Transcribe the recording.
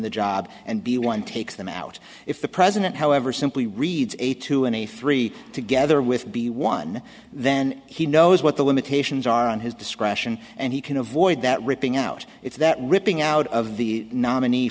the job and b one takes them out if the president however simply reads a two and a three together with b one then he knows what the limitations are on his discretion and he can avoid that ripping out if that ripping out of the nominee